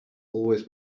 always